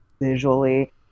visually